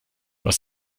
was